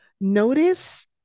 notice